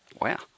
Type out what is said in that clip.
Wow